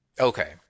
Okay